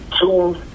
two